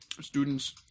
students